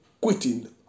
quitting